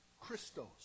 Christos